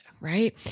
Right